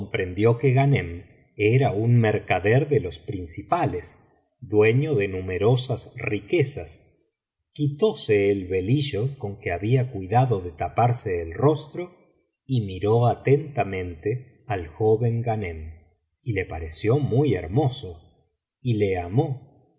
que ghanem era un mercader de los principales dueño de numerosas riquezas quitóse el velillo con que había cuidado de taparse el rostro y miró atentamente al joven ghanem y le pareció muy hermoso y le amó y